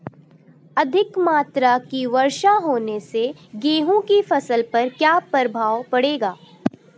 अधिक मात्रा की वर्षा होने से गेहूँ की फसल पर क्या प्रभाव पड़ेगा?